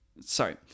sorry